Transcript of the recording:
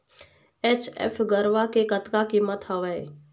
HF गरवा के कतका कीमत हवए?